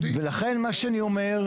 לכן מה שאני אומר,